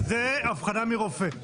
וזאת אבחנה מרופא.